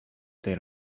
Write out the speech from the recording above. they